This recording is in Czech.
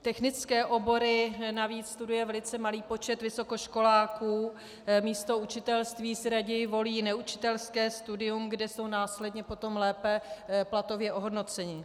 Technické obory navíc studuje velice malý počet vysokoškoláků, místo učitelství si raději volí neučitelské studium, kde jsou následně potom lépe platově ohodnoceni.